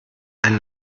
ein